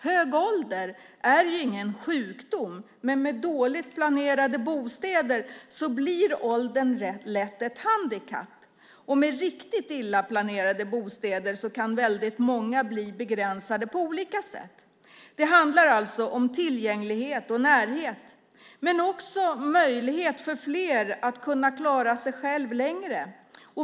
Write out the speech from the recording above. Hög ålder är ingen sjukdom, men med dåligt planerade bostäder blir åldern lätt ett handikapp. Med riktigt illa planerade bostäder kan många bli begränsade på olika sätt. Det handlar alltså om tillgänglighet och närhet men också möjlighet för fler att kunna klara sig själva längre.